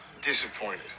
disappointed